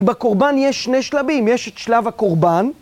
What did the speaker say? בקורבן יש שני שלבים, יש את שלב הקורבן.